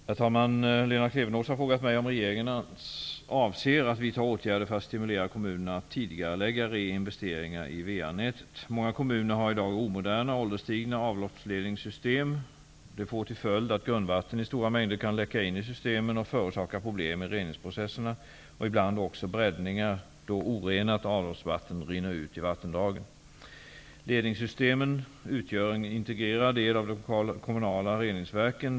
Herr talman! Lena Klevenås har frågat mig om regeringen avser att vidta åtgärder för att stimulera kommunerna att tidigarelägga reinvesteringar i Många kommuner har i dag omoderna och ålderstigna avloppsledningssystem. Det får till följd att grundvatten i stora mängder kan läcka in i systemen och förorsaka problem i reningsprocesserna och ibland också bräddningar då orenat avloppsvatten rinner ut i vattendragen. Ledningssystemen utgör en integrerad del av de kommunala reningsverken.